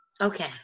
Okay